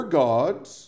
gods